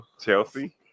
Chelsea